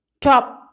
Top